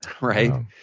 Right